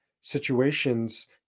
situations